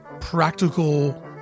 practical